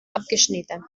abgeschnitten